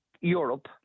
Europe